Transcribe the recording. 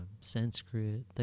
Sanskrit